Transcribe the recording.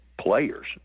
players